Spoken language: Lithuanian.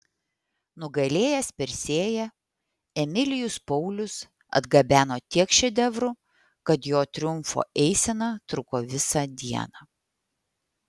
nugalėjęs persėją emilijus paulius atgabeno tiek šedevrų kad jo triumfo eisena truko visą dieną